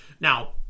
Now